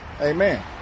amen